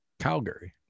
Calgary